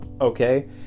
okay